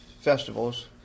festivals